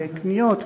ולקניות,